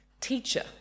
teacher